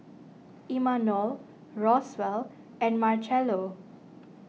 Imanol Roswell and Marchello